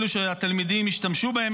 אלו שהתלמידים השתמשו בהם,